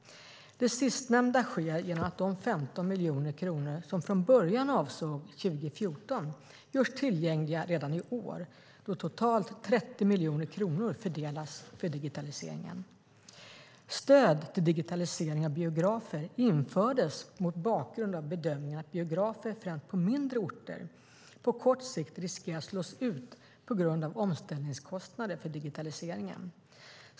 Det sistnämnda sker genom att de 15 miljoner kronor som från början avsåg 2014 görs tillgängliga redan i år, då totalt 30 miljoner kronor fördelas för digitaliseringen. Stöd till digitalisering av biografer infördes mot bakgrund av bedömningen att biografer, främst på mindre orter, på kort sikt riskerar att slås ut på grund av omställningskostnader för digitaliseringen.